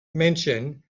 mention